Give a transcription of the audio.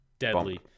deadly